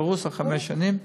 פרוס על חמש שנים.